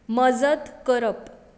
मजत करप